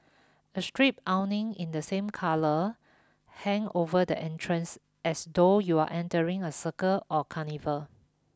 a striped awning in the same colours hang over the entrance as though you are entering a circus or carnival